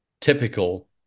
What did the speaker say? typical